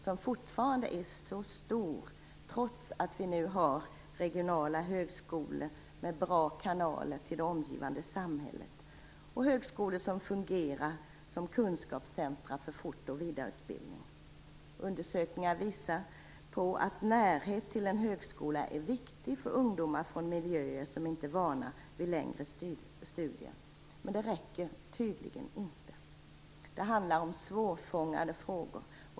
Den är fortfarande stor, trots att det nu finns regionala högskolor med bra kanaler till det omgivande samhället som fungerar som kunskapscentrum för fort och vidareutbildning. Undersökningar visar att närhet till en högskola är viktigt för ungdomar från miljöer där man inte är van vid längre studier. Men det räcker tydligen inte. Det handlar om svårfångade frågor.